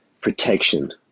protection